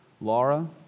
Laura